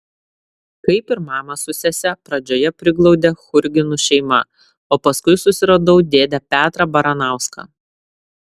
kaip ir mamą su sese pradžioje priglaudė churginų šeima o paskui susiradau dėdę petrą baranauską